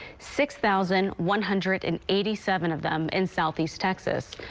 six thousand one hundred and eighty seven of them in southeast texas.